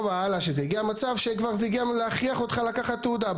והלאה זה הגיע למצב של להכריח אותך לקחת תעודה.